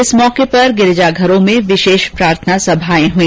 इस अवसर पर गिरिजाघरों में विशेष प्रार्थना सभाएं हई